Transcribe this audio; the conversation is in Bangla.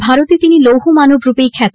ভারতে তিনি লৌহমানব রূপেই খ্যাত